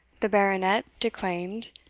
the baronet declaimed,